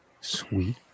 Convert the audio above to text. sweet